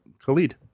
Khalid